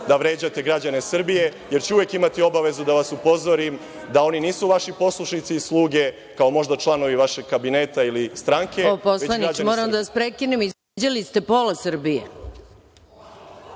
da vređate građane Srbije, jer ću uvek imati obavezu da vas upozorim da oni nisu vaši poslušnici i sluge kao možda članovi vašeg kabineta ili stranke. **Maja Gojković** Poslaniče, moram da vas prekinem. Izvređali ste pola Srbije.